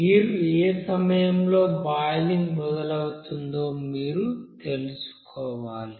నీరు ఏ సమయంలో బాయిలింగ్ మొదలవుతుందో మీరు తెలుసుకోవాలి